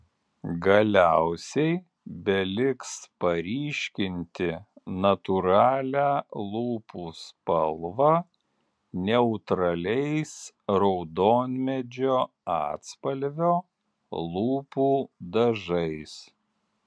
galiausiai beliks paryškinti natūralią lūpų spalvą neutraliais raudonmedžio atspalvio lūpų dažais